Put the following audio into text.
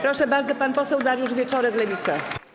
Proszę bardzo, pan poseł Dariusz Wieczorek, Lewica.